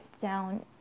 down